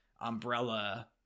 umbrella